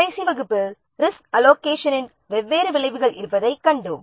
கடைசி வகுப்பில் ரிஸ்க் அலோகேஷனில் வெவ்வேறு விளைவுகள் இருப்பதைக் கண்டோம்